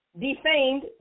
defamed